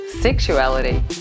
sexuality